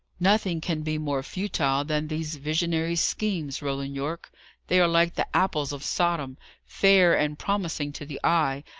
nothing can be more futile than these visionary schemes, roland yorke they are like the apples of sodom fair and promising to the eye,